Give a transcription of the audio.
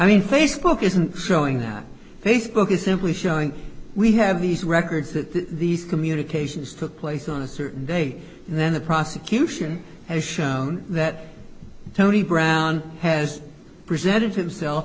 mean facebook isn't showing that facebook is simply showing we have these records that these communications took place on a certain date and then the prosecution has shown that tony brown has presented himself